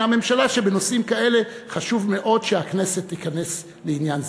הממשלה שבנושאים כאלה חשוב מאוד שהכנסת תיכנס לעניין זה.